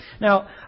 Now